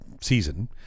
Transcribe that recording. season